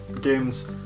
games